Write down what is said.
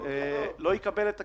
לא יקבל את הכסף.